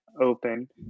open